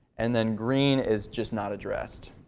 and then green is just not addressed.